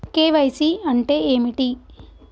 KYC అంటే ఏమిటి?